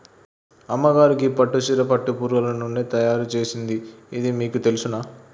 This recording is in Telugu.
అమ్మగారు గీ పట్టు సీర పట్టు పురుగులు నుండి తయారు సేసింది ఇది మీకు తెలుసునా